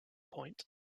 point